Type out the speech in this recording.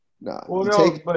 No